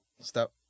Stop